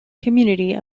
community